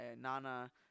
Nana